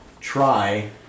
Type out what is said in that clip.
try